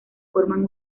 forman